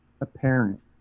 apparent